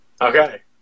Okay